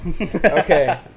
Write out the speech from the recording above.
Okay